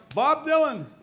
bob dylan!